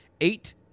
Eight